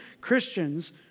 Christians